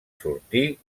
sortir